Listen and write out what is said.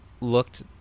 looked